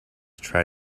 try